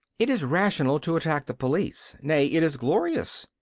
it is rational to attack the police nay, it is glorious.